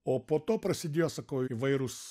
o po to prasidėjo sakau įvairūs